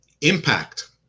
Impact